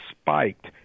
spiked